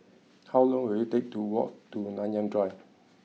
how long will it take to walk to Nanyang Drive